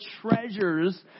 treasures